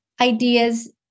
ideas